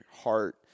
heart